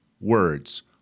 words